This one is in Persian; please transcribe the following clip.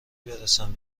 برسم